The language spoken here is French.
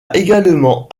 également